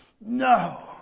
No